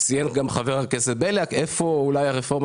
חבר הכנסת בליאק ציין איפה הרפורמה